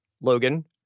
Logan